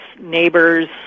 neighbors